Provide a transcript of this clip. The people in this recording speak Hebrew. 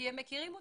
כי הם מכירים אותם.